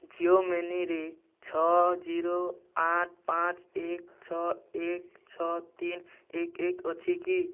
ଜିଓ ମନିରେ ଛଅ ଜିରୋ ଆଠ ପାଞ୍ଚ ଏକ ଛଅ ଏକ ଛଅ ତିନି ଏକ ଏକ ଅଛି କି